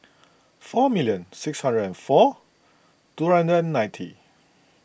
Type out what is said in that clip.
four million six hundred and four two hundred ninety